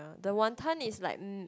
the wanton is like